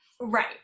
Right